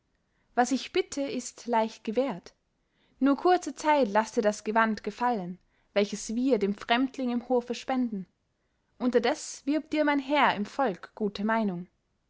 was ich bitte ist leicht gewährt nur kurze zeit laß dir das gewand gefallen welches wir dem fremdling im hofe spenden unterdes wirbt dir mein herr im volk gute meinung